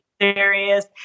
serious